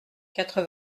quatre